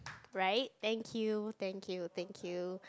right thank you thank you thank you